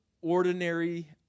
ordinary